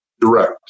direct